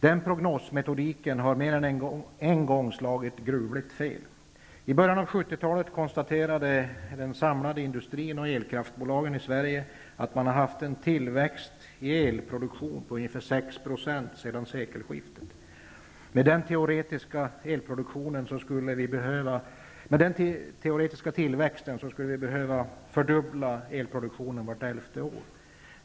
Den prognosmetodiken har mer än en gång slagit gruvligt fel. I början på 1970-talet konstaterade den samlade industrin och elkraftbolagen i Sverige att tillväxten i elkonsumtion per år varit ca 6 % sedan sekelskiftet. Med den teoretiska tillväxten skulle elproduktionen behöva fördubblas vart 11 år.